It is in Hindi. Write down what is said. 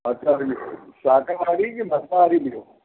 अच्छा शाकाहारी कि मांसाहारी भी हो